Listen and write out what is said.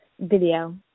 video